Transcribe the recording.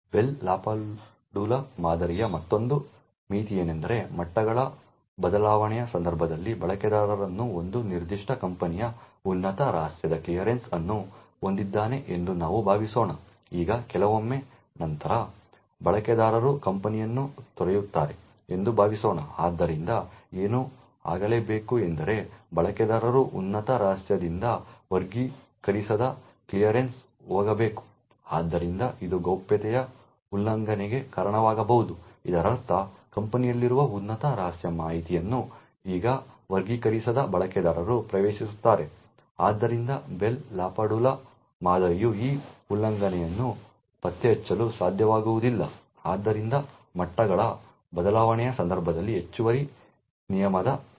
Bell LaPadula ಮಾದರಿಯ ಮತ್ತೊಂದು ಮಿತಿಯೆಂದರೆ ಮಟ್ಟಗಳ ಬದಲಾವಣೆಯ ಸಂದರ್ಭದಲ್ಲಿ ಬಳಕೆದಾರನು ಒಂದು ನಿರ್ದಿಷ್ಟ ಕಂಪನಿಯ ಉನ್ನತ ರಹಸ್ಯದ ಕ್ಲಿಯರೆನ್ಸ್ ಅನ್ನು ಹೊಂದಿದ್ದಾನೆ ಎಂದು ನಾವು ಭಾವಿಸೋಣ ಈಗ ಕೆಲವೊಮ್ಮೆ ನಂತರ ಬಳಕೆದಾರರು ಕಂಪನಿಯನ್ನು ತೊರೆಯುತ್ತಾರೆ ಎಂದು ಭಾವಿಸೋಣ ಆದ್ದರಿಂದ ಏನು ಆಗಲೇಬೇಕು ಎಂದರೆ ಬಳಕೆದಾರರು ಉನ್ನತ ರಹಸ್ಯದಿಂದ ವರ್ಗೀಕರಿಸದ ಕ್ಲಿಯರೆನ್ಸ್ಗೆ ಹೋಗಬೇಕು ಆದ್ದರಿಂದ ಇದು ಗೌಪ್ಯತೆಯ ಉಲ್ಲಂಘನೆಗೆ ಕಾರಣವಾಗಬಹುದು ಇದರರ್ಥ ಕಂಪನಿಯಲ್ಲಿರುವ ಉನ್ನತ ರಹಸ್ಯ ಮಾಹಿತಿಯನ್ನು ಈಗ ವರ್ಗೀಕರಿಸದ ಬಳಕೆದಾರರು ಪ್ರವೇಶಿಸುತ್ತಾರೆ ಆದ್ದರಿಂದ ಬೆಲ್ ಲಾಪಾಡುಲಾ ಮಾದರಿಯು ಈ ಉಲ್ಲಂಘನೆಯನ್ನು ಪತ್ತೆಹಚ್ಚಲು ಸಾಧ್ಯವಾಗುವುದಿಲ್ಲ ಆದ್ದರಿಂದ ಮಟ್ಟಗಳ ಬದಲಾವಣೆಯ ಸಂದರ್ಭದಲ್ಲಿ ಹೆಚ್ಚುವರಿ ನಿಯಮದ ಅಗತ್ಯವಿರುತ್ತದೆ